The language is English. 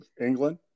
england